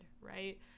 right